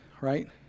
right